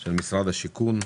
של משרד השיכון,